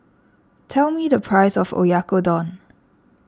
tell me the price of Oyakodon